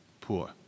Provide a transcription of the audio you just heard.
Poor